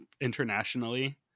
internationally